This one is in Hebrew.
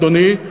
אדוני,